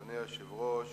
אדוני היושב-ראש,